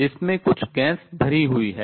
जिसमें कुछ गैस भरी हुई है